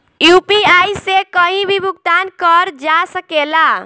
UPI से कहीं भी भुगतान कर जा सकेला?